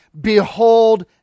behold